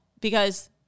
because-